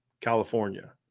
California